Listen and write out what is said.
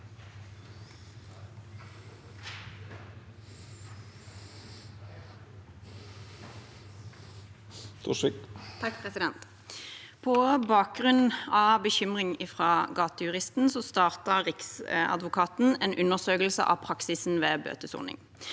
På bak- grunn av bekymring fra Gatejuristen startet Riksadvokaten en undersøkelse av praksisen ved bøtesoning.